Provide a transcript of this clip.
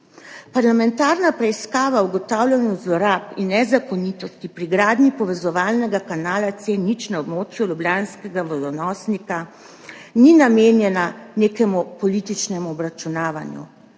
Parlamentarna preiskava o ugotavljanju zlorab in nezakonitosti pri gradnji povezovalnega kanala C0 na območju ljubljanskega vodonosnika ni namenjena nekemu političnemu obračunavanju.